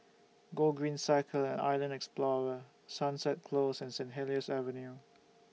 Gogreen Cycle and Island Explorer Sunset Close and Saint Helier's Avenue